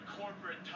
corporate